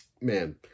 man